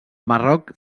marroc